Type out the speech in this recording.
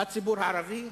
בציבור הערבי,